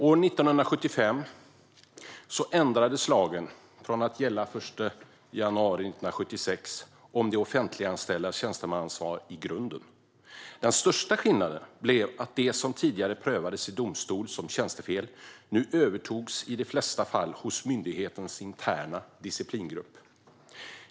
År 1975 ändrades lagen om det offentliganställdas tjänstemannaansvar i grunden. Ändringen trädde i kraft den 1 januari 1976. Den största skillnaden blev att det som tidigare prövades i domstol som tjänstefel nu i de flesta fall övertogs av myndighetens interna disciplingrupp.